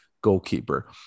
goalkeeper